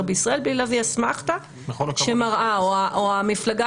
בישראל בלי להביא אסמכתה שמראה על כך או שהמפלגה